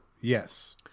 Yes